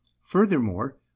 Furthermore